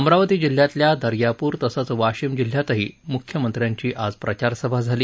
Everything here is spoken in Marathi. अमरावती जिल्ह्यातल्या दर्यापूर तसंच वाशिम शिंही मुख्यमंत्र्यांची आज प्रचारसभा झाली